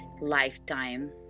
lifetime